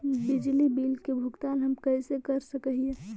बिजली बिल के भुगतान हम कैसे कर सक हिय?